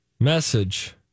Message